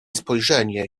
spojrzenie